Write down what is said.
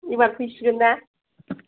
एबार फैसिगोन ना